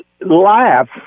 laugh